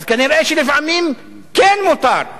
אז כנראה לפעמים כן מותר.